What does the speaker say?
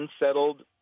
unsettled